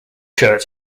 shirt